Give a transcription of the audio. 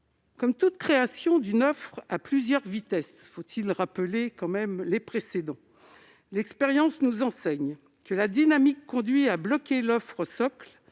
Comme toute création d'une offre « à plusieurs vitesses »- faut-il rappeler les précédents ?-, l'expérience nous enseigne que la dynamique conduit à bloquer l'offre socle,